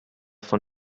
von